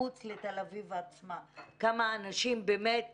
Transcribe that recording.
מחוץ לתל אביב עצמה כמה אנשים באמת